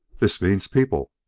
this means people!